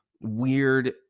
weird